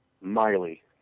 Miley